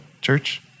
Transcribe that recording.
church